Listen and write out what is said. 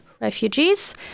refugees